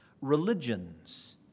religions